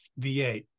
V8